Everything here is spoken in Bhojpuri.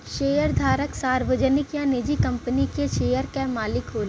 शेयरधारक सार्वजनिक या निजी कंपनी के शेयर क मालिक होला